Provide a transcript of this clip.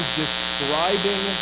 describing